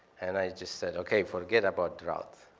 and i just said, okay. forget about drought.